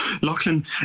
Lachlan